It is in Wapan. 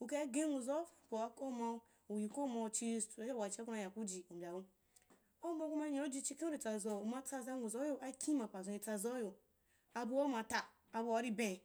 Ukai gen nwuzau kenpua ko uma, uyi ko ma uchuu kuna nya kuji u mbya ko, kuma nya kuji chikhen uri tsazauyo, uma tsaza nwuzauyo, abua umata abua uri ben